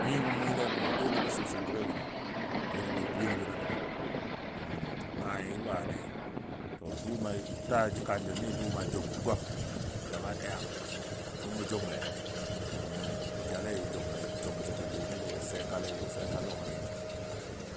Mɨ mou mwile nɔɔ dʊʊmɔ gə swɨ swɨ bʊge gənɔ, bʊlbʊl biyel gənɔ nəngən da maai wane ta to domai ta kajəlni dʊʊmɔ jʊng gwam gaba daya dʊʊmɔ jʊngle jə jale jʊngle jʊng jəti jʊnile jə fekale jə feka lɔngɔle nəngən.